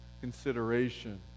consideration